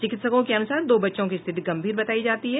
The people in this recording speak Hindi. चिकित्सकों के अनुसार दो बच्चों की स्थिति गंभीर बतायी जाती है